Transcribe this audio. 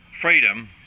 Freedom